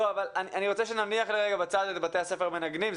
אני רוצה שנניח רגע בצד את בתי הספר המנגנים.